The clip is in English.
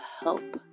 help